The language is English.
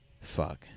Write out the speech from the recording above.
fuck